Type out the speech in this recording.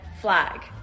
flag